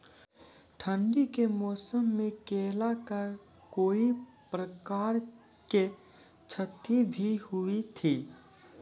ठंडी के मौसम मे केला का कोई प्रकार के क्षति भी हुई थी?